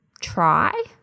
try